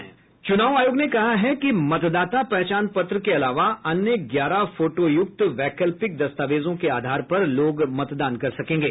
चुनाव आयोग ने कहा है कि मतदाता पहचान पत्र के अलावा अन्य ग्यारह फोटोयुक्त वैकल्पिक दस्तावेजों के आधार पर लोग मतदान कर सकेंगे